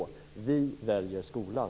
Vi i Centerpartiet väljer skolan.